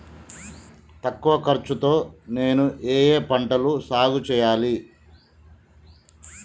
తక్కువ ఖర్చు తో నేను ఏ ఏ పంటలు సాగుచేయాలి?